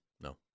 No